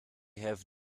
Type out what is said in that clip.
have